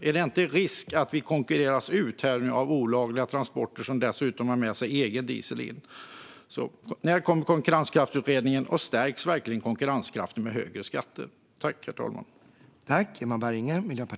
Är inte risken att vi nu konkurreras ut av olagliga transporter, som dessutom har med sig egen diesel in i landet? Mina frågor är alltså: När kommer en konkurrenskraftsutredning, och stärks verkligen konkurrenskraften med högre skatter?